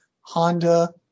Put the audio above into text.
Honda